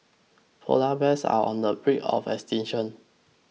Polar Bears are on the brink of extinction